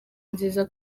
nziza